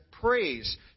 praise